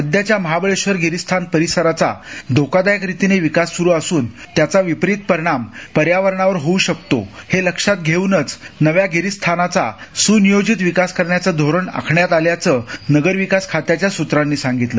सध्याच्या महाबळेश्वर गिरिस्थान परिसराचा धोकादायक रीतीने विकास सुरु असुन त्याचा विपरीत परिणाम पर्यावरणावर होऊ शकतो हे लक्षात घेऊनच नव्या गिरिस्थानाचा सुनियोजित विकास करण्याचं धोरण आखण्यात आल्याचं नगर विकास खात्याच्या सूत्रांनी सांगितलं